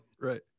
right